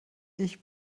ich